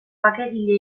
bakegile